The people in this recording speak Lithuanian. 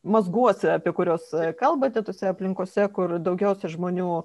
mazguose apie kuriuos kalbate tose aplinkose kur daugiausia žmonių